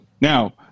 now